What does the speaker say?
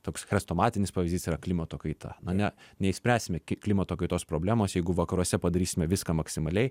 toks chrestomatinis pavyzdys yra klimato kaita na ne neišspręsime klimato kaitos problemos jeigu vakaruose padarysime viską maksimaliai